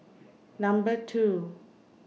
Number two